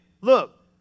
Look